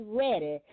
ready